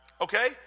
Okay